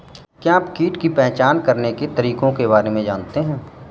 क्या आप कीट की पहचान करने के तरीकों के बारे में जानते हैं?